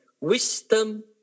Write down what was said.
Wisdom